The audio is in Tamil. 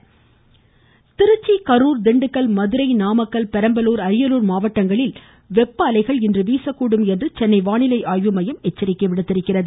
வானிலை திருச்சி கரூர் திண்டுக்கல் மதுரை நாமக்கல் பெரம்பலூர் அரியலூர் மாவட்டங்களில் இன்று வெப்ப அலைகள் வீசக்கூடும் என்று சென்னை வானிலை ஆய்வுமையம் எச்சரித்துள்ளது